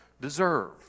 deserve